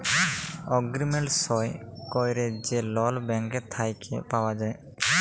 agreement সই ক্যইরে যে লল ব্যাংক থ্যাইকে পাউয়া যায়